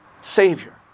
Savior